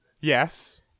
Yes